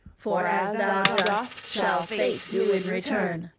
for as thou dost shall fate do in return,